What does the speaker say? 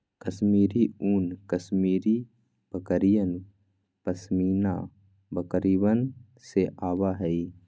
कश्मीरी ऊन कश्मीरी बकरियन, पश्मीना बकरिवन से आवा हई